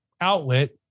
Outlet